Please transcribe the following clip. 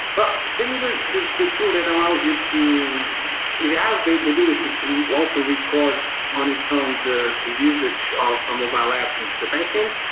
but jmeter is a tool that allows you to it has the the ability to also record on its own the the usage of a mobile app into the backend.